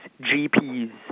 GPs